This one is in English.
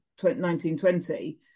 1920